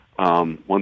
One